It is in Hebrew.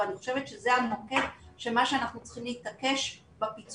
ואני חושבת שזה המוקד של מה שאנחנו צריכים להתעקש בפיצוי